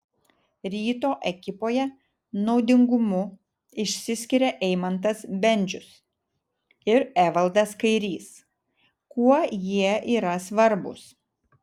ryto ekipoje naudingumu išsiskiria eimantas bendžius ir evaldas kairys kuo jie yra svarbūs